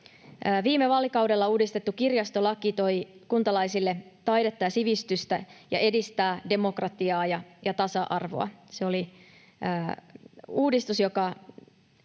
Viime vaalikaudella uudistettu kirjastolaki toi kuntalaisille taidetta ja sivistystä, ja se edistää demokratiaa ja tasa-arvoa. Se oli uudistus, jonka